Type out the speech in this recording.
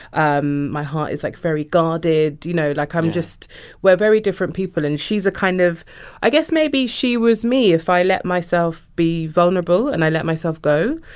um my heart is, like, very guarded. you know, like i'm just we're very different people. and she's a kind of i guess maybe she was me if i let myself be vulnerable and i let myself go.